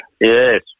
Yes